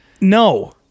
No